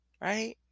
right